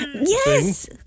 Yes